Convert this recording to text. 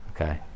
Okay